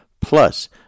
Plus